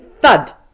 thud